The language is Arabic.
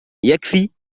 يكفي